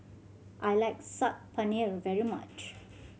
I like Saag Paneer very much